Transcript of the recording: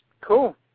Cool